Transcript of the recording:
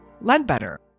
Ledbetter